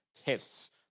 tests